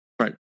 Right